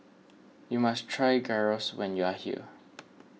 you must try Gyros when you are here